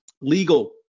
legal